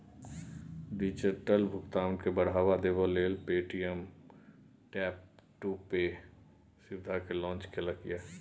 digital भुगतान केँ बढ़ावा देबै लेल पे.टी.एम टैप टू पे सुविधा केँ लॉन्च केलक ये